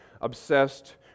obsessed